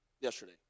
yesterday